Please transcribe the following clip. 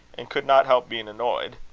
and could not help being annoyed,